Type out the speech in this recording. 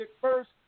first